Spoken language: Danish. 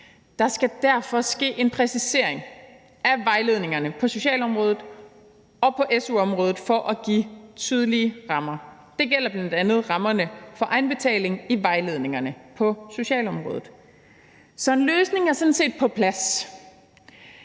Der skal derfor ske en præcisering af vejledningerne på socialområdet og på su-området for at give tydelige rammer. Det gælder bl.a. rammerne for egenbetaling i vejledningerne på socialområdet. Så en løsning er sådan set på plads,